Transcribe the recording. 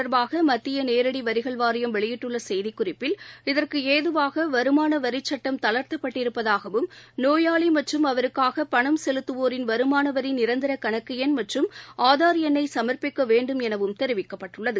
தொடர்பாகமத்தியநேரடிவரிகள் வாரியம் இக இதற்குஏதுவாகவருமானவரிச்சட்டம் தளர்த்தப்பட்டிருப்பதாகவும் நோயாளிமற்றும் அவருக்காகபணம் செலுத்துவோரின் வருமானவரிநிரந்தரகணக்குஎண் மற்றும் ஆதார் எண்ணைசமர்ப்பிக்கவேண்டும் எனவும் தெரிவிக்கப்பட்டுள்ளது